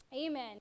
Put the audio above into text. Amen